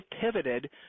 pivoted